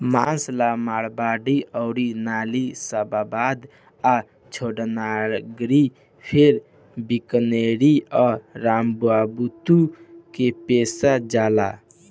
मांस ला मारवाड़ी अउर नालीशबाबाद आ छोटानगरी फेर बीकानेरी आ रामबुतु के पोसल जाला